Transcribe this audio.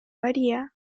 varía